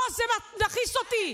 לא, זה מכעיס אותי.